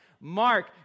Mark